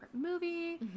movie